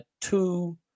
two